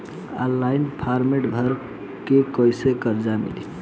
Online form भर के कैसे कर्जा मिली?